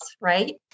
right